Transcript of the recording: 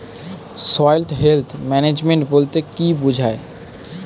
Soil health management বলতে কি বুঝায়?